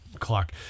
clock